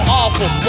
awful